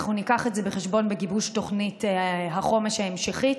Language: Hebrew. אנחנו נביא את זה בחשבון בגיבוש תוכנית החומש ההמשכית.